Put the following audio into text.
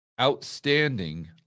outstanding